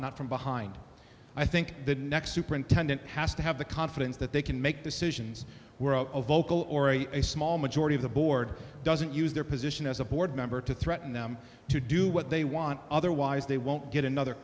not from behind i think the next superintendent has to have the confidence that they can make decisions were a vocal or a a small majority of the board doesn't use their position as a board member to threaten them to do what they want otherwise they won't get another